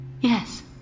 Yes